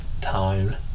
time